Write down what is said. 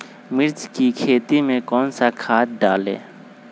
मिर्च की खेती में कौन सा खाद डालें?